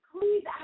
Please